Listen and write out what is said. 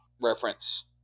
reference